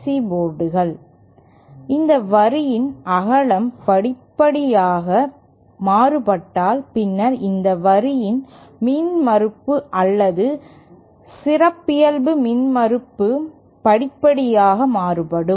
C போர்டுகள் இந்த வரியின் அகலம் படிப்படியாக மாறுபட்டால் பின்னர் இந்த வரியின் மின்மறுப்பு அல்லது சிறப்பியல்பு மின்மறுப்பும் படிப்படியாக மாறுபடும்